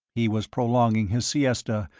he was prolonging his siesta,